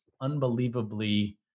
unbelievably